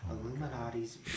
Illuminati's